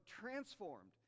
transformed